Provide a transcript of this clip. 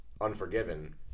Unforgiven